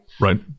Right